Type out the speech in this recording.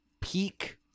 peak